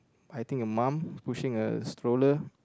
I think a mom pushing a stroller